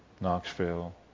Knoxville